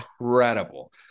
incredible